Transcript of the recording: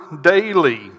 daily